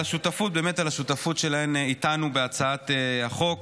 על השותפות שלהן איתנו בהצעת החוק.